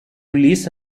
released